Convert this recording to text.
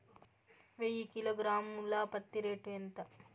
వెయ్యి కిలోగ్రాము ల పత్తి రేటు ఎంత?